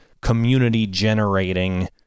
community-generating